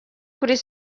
kuri